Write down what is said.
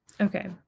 Okay